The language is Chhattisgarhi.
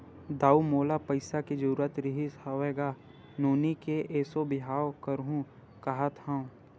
दाऊ मोला पइसा के जरुरत रिहिस हवय गा, नोनी के एसो बिहाव करहूँ काँहत हँव